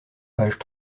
page